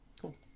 Cool